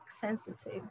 sensitive